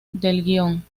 guion